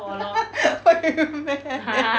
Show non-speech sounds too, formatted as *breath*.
*laughs* *breath* 会 meh eh